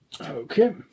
Okay